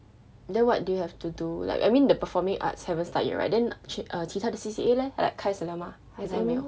then what do you have to do like I mean the performing arts haven't start you right then 其其它的 C_C_A leh like 开始了吗还是没有